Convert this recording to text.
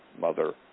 mother